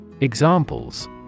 Examples